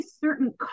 certain